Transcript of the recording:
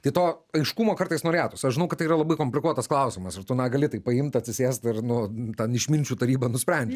tai to aiškumo kartais norėtųs aš žinau kad tai yra labai komplikuotas klausimas ir tu negali tai paimt atsisėst ir nu ten išminčių taryba nusprendžia